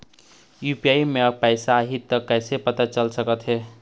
UPI म पैसा आही त कइसे पता चल सकत हे?